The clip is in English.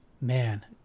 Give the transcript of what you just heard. man